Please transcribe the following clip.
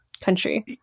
country